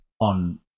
on